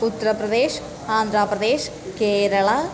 उत्तरप्रदेशः आन्ध्रप्रदेशः केरळा